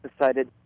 decided